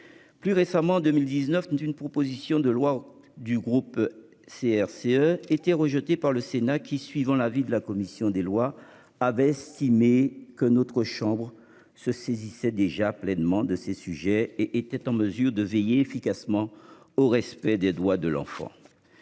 Plus récemment, en 2019, d'une proposition de loi du groupe CRCE était rejetée par le Sénat qui, suivant l'avis de la commission des Lois avait estimé que notre chambre se saisissait déjà pleinement de ces sujets et était en mesure de veiller efficacement au respect des droits de l'enfant.